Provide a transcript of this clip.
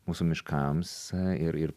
mūsų miškams ir ir